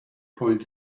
point